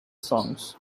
songs